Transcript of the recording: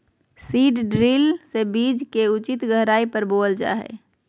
seed drill से बीज के उचित गहराई पर बोअल जा हइ